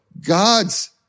God's